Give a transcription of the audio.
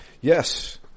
Yes